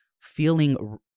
feeling